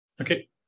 okay